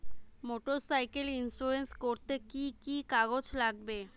Motorcycle insurance করতে কি কি কাগজ লাগবে?